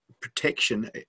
protection